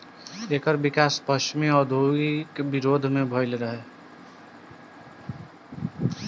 एकर विकास पश्चिमी औद्योगिक विरोध में भईल रहे